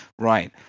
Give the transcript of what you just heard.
right